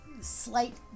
slight